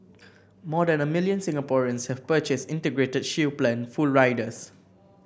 more than a million Singaporeans have purchased Integrated Shield Plan full riders